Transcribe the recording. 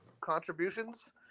contributions